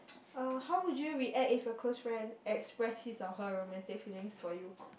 uh how would you react if your close friend express his or her romantic feelings for you